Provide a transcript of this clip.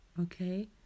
Okay